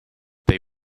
they